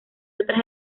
otra